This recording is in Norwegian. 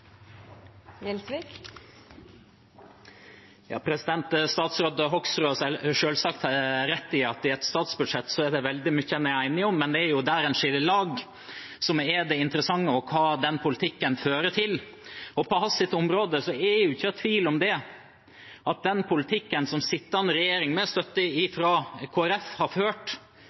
Statsråd Hoksrud har selvsagt rett i at i et statsbudsjett er det veldig mye man er enige om, men det er der man skiller lag, som er det interessante – og hva den politikken fører til. På hans område er det ikke tvil om at den politikken som den sittende regjeringen, med støtte fra Kristelig Folkeparti, har ført,